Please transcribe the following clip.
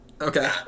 Okay